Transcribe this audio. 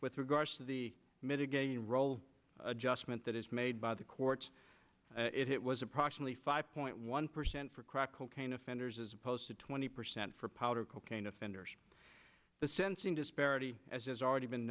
with regard to the mitigating role adjustment that is made by the courts it was approximately five point one percent for crack cocaine offenders as opposed to twenty percent for powder cocaine offenders the sensing disparity as has already been